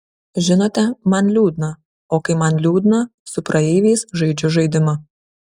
žinote man liūdna o kai man liūdna su praeiviais žaidžiu žaidimą